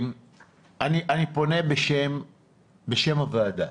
אני פונה בשם הוועדה.